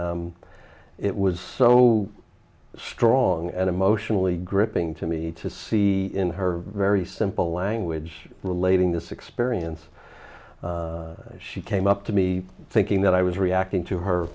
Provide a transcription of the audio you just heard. and it was so strong and emotionally gripping to me to see in her very simple language relating this experience she came up to me thinking that i was reacting to her